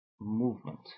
Movement